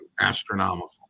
astronomical